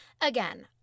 Again